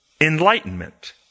enlightenment